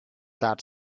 that